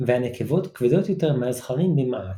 והנקבות כבדות יותר מהזכרים במעט.